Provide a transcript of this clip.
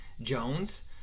Jones